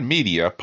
Media